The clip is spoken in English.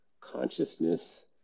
consciousness